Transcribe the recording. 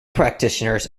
practitioners